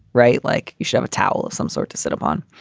right? like you should have a towel of some sort to sit upon.